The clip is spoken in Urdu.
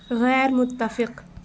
غیر متفق